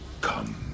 come